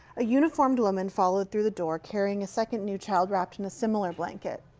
a uniformed woman followed through the door, carrying a second newchild wrapped in a similar blanket.